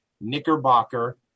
Knickerbocker